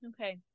Okay